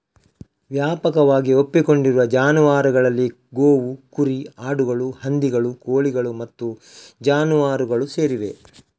ವ್ಯಾಪಕವಾಗಿ ಒಪ್ಪಿಕೊಂಡಿರುವ ಜಾನುವಾರುಗಳಲ್ಲಿ ಗೋವು, ಕುರಿ, ಆಡುಗಳು, ಹಂದಿಗಳು, ಕೋಳಿಗಳು ಮತ್ತು ಜಾನುವಾರುಗಳು ಸೇರಿವೆ